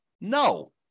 No